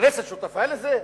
הכנסת שותפה לזה?